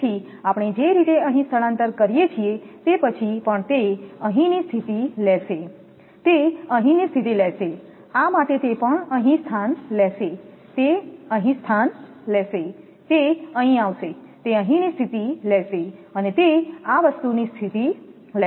તેથી આપણે જે રીતે અહીં સ્થળાંતર કરીએ છીએ તે પછી પણ તે અહીંની સ્થિતિ લેશે તે અહીંની સ્થિતિ લેશે આ માટે તે પણ અહીં સ્થાન લેશે તે અહીં સ્થાન લેશે તે અહીં આવશે તે અહીંની સ્થિતિ લેશે અને તે આ વસ્તુની સ્થિતિ લેશે